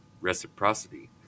reciprocity